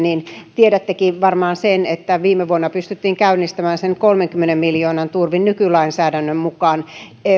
tiedättekin varmaan sen että viime vuonna pystyttiin käynnistämään sen kolmenkymmenen miljoonan turvin nykylainsäädännön mukaan